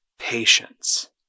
patience